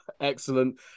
Excellent